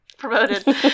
promoted